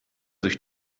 durch